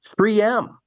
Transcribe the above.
3M